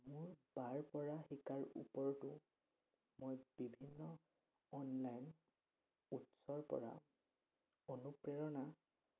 মোৰ তাৰ পৰা শিকাৰ ওপৰতো মই বিভিন্ন অনলাইন উৎসৰ পৰা অনুপ্ৰেৰণা